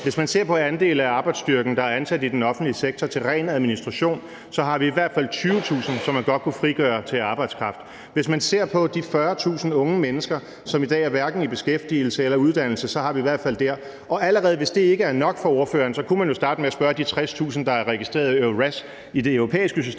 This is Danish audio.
Hvis man ser på andelen af arbejdsstyrken, der er ansat i den offentlige sektor til ren administration, så har vi i hvert fald 20.000, som man godt kunne frigøre til arbejdskraft. Hvis man ser på de 40.000 unge mennesker, som i dag hverken er i beskæftigelse eller uddannelse, så har vi i hvert fald allerede der nogle, og hvis det ikke er nok for ordføreren, kunne man jo starte med at spørge de 60.000, der er registreret i det europæiske system